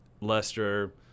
Lester –